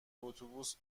اتوبوس